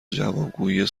جوابگویی